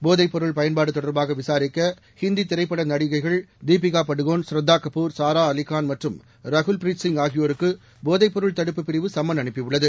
போதைப் பொருள் பயன்பாடு தொடர்பாக விசாரிக்க ஹந்தி திரைப்பட நடிகைகள் தீபிகா படுகோன் ஷர்தா கபூர் சாரா அலிகான் மற்றும் ரகுல் ப்ரீத்சிங் ஆகியோருக்கு போதைப் பொருள் தடுப்பு பிரிவு சம்மன் அனுப்பியுள்ளது